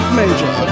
major